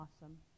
awesome